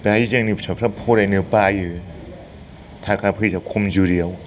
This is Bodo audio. बेहाय जोंनि फिसाफ्रा फरायनो बायो थाखा फैसा खमजुरियाव